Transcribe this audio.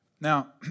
Now